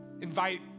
Invite